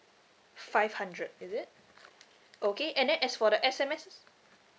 five hundred is it okay and then as for the S_M_S